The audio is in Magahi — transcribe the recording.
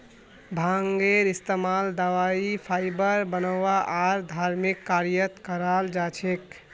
भांगेर इस्तमाल दवाई फाइबर बनव्वा आर धर्मिक कार्यत कराल जा छेक